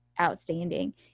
Outstanding